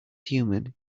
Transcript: human